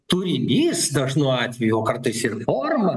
turinys dažnu atveju o kartais ir forma